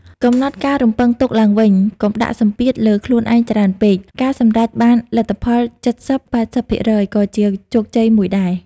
កំណត់ការរំពឹងទុកឡើងវិញ កុំដាក់សម្ពាធលើខ្លួនឯងច្រើនពេក។ ការសម្រេចបានលទ្ធផល ៧០-៨០% ក៏ជាជោគជ័យមួយដែរ។